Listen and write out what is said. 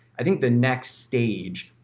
i think the next stage,